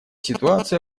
ситуация